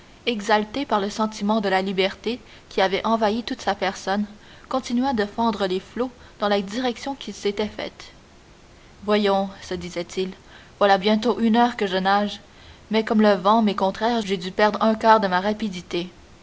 exalté par le sentiment de la liberté qui avait envahi toute sa personne continua de fendre les flots dans la direction qu'il s'était faite voyons se disait-il voilà bientôt une heure que je nage mais comme le vent m'est contraire j'ai dû perdre un quart de ma rapidité